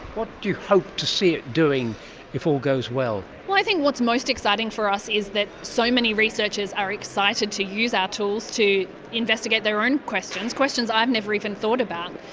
what do you hope to see it doing if all goes well? well, i think what's most exciting for us is that so many researchers are excited to use our tools to investigate their own questions, questions i've never even thought about.